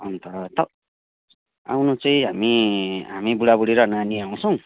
अन्त त आउन चाहिँ हामी हामी बुडा बुडी र नानी आउँछौँ